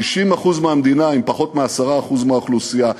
60% מהמדינה עם פחות מ-10% מהאוכלוסייה.